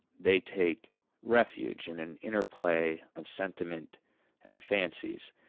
they take refuge in an inner play of sentiment and fancies.